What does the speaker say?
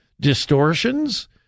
Distortions